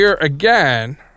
again